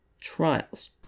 trials